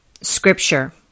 Scripture